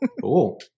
cool